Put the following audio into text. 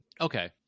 Okay